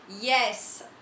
Yes